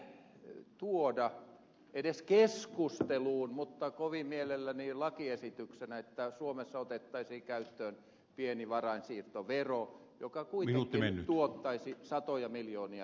aiotteko te tuoda edes keskusteluun mutta kovin mielellään lakiesityksenä että suomessa otettaisiin käyttöön pieni varainsiirtovero joka kuitenkin tuottaisi satoja miljoonia euroja